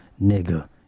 nigga